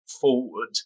forward